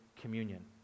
communion